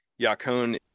Yacon